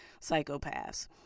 psychopaths